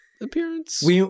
appearance